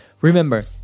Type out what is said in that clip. Remember